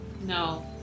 No